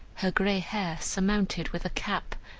her gray hair surmounted with a cap,